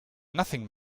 nothing